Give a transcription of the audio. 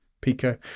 Pico